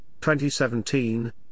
2017